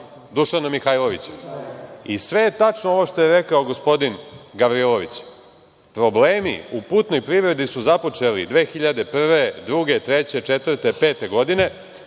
Dušanom Mihajlovićem. I, sve je tačno ovo što je rekao gospodin Gavrilović. Problemi u putnoj privredi su započeli 2001, 2002, 2003, 2004, 2005. godine